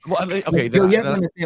Okay